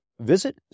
Visit